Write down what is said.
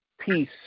peace